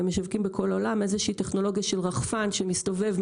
הם משווקים בכל העולם איזו שהיא טכנולוגיה של רחפן שמסתובב,